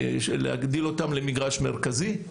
להגדיל אותם למגרש מרכזי.